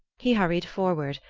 he hurried forward,